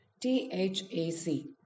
T-H-A-C